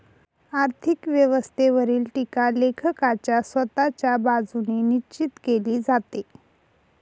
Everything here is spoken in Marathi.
आर्थिक व्यवस्थेवरील टीका लेखकाच्या स्वतःच्या बाजूने निश्चित केली जाते